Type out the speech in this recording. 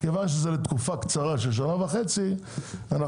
כיוון שזה לתקופה קצרה של שנה וחצי אנחנו